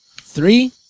Three